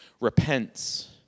repents